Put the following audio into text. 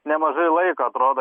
nemažai laiko atrodo